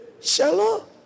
shallow